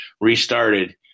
restarted